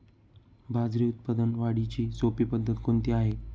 बाजरी उत्पादन वाढीची सोपी पद्धत कोणती आहे?